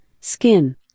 skin